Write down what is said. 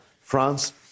France